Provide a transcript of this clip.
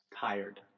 tired